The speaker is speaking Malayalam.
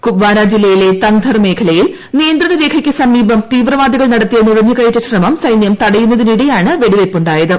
കുപ്പാര ജില്ലയിലെ തംഗ്ദർ മേഖലയിൽ നിയന്ത്രണ രേഖയ്ക്ക് സമീപം തീവ്രവാദികൾ നടത്തിയ നുഴഞ്ഞുകയറ്റ ശ്രമം സൈന്യം തടയുന്നതിനിടെയാണ് വെടിവയ്പ്പ് ഉണ്ടായത്